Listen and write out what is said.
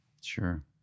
Sure